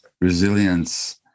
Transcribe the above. resilience